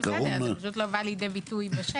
בסדר, אבל זה פשוט לא בא לידי ביטוי בשטח.